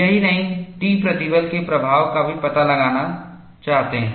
यही नहीं वे T प्रतिबल के प्रभाव का भी पता लगाना चाहते हैं